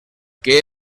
que